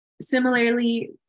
Similarly